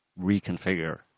reconfigure